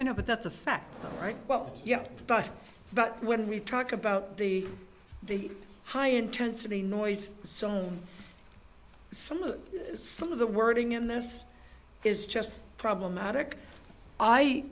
fact right well yeah but but when we talk about the the high intensity noise so some of the some of the wording in this is just problematic i